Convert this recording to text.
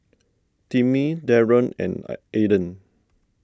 Timmie Daron and Ayden